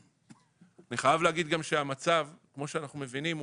אני חייב להגיד שהמצב כמו שאנחנו מבינים,